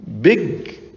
big